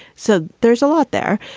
so there's a lot there.